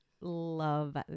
love